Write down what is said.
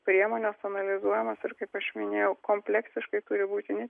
priemonės analizuojamos ir kaip aš minėjau kompleksiškai turi būti ne